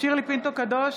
שירלי פינטו קדוש,